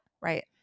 Right